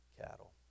cattle